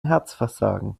herzversagen